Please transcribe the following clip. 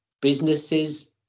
businesses